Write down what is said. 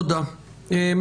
תודה עורכת דין ברס.